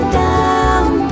down